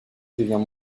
devient